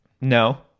no